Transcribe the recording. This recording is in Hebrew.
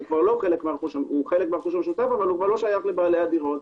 הוא חלק מהרכוש המשותף אבל כבר לא שייך לבעלי הדירות.